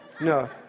No